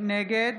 נגד